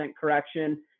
correction